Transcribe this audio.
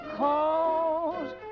Cause